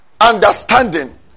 Understanding